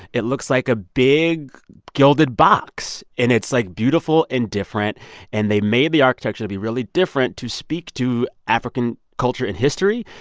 it looks like a big gilded box. and it's, like, beautiful and different and they made the architecture to be really different to speak to african culture and history.